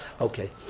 Okay